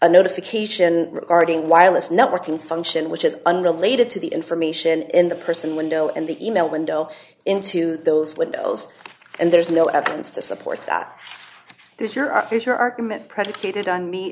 a notification regarding wireless networking function which is unrelated to the information in the person window and the email window into those windows and there's no evidence to support that there's your are your argument predicated on me